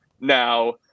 Now